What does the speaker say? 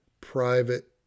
private